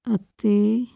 ਅਤੇ